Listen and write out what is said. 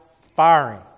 firing